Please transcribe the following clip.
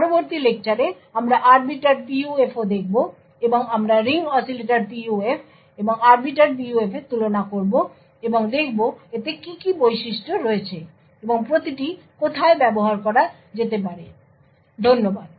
পরবর্তী লেকচারে আমরা আরবিটার PUF ও দেখব এবং আমরা রিং অসিলেটর PUF এবং আরবিটার PUF এর তুলনা করব এবং দেখব এতে কী কী বৈশিষ্ট্য রয়েছে এবং প্রতিটি কোথায় ব্যবহার করা যেতে পারে ধন্যবাদ